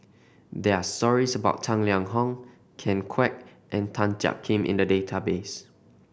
there are stories about Tang Liang Hong Ken Kwek and Tan Jiak Kim in the database